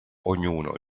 ognuno